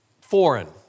foreign